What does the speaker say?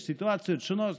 יש סיטואציות שונות,